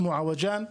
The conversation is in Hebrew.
כמו אוואג'אן,